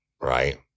Right